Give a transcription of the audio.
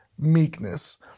meekness